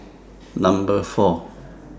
Number four